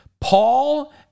Paul